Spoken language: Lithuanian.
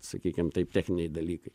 sakykim taip techniniai dalykai